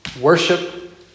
Worship